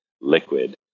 liquid